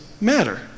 matter